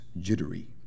jittery